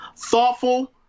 thoughtful